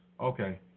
Okay